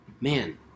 Man